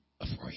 afraid